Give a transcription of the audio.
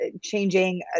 changing